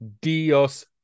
Dios